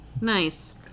nice